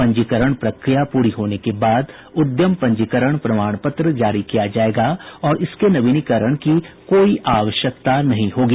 पंजीकरण प्रक्रिया पूरी होने के बाद उद्यम पंजीकरण प्रमाण पत्र जारी किया जायेगा और इसके नवीनीकरण की कोई आवश्यकता नहीं होगी